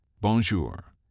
Bonjour